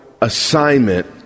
assignment